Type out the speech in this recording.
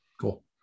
Cool